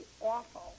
awful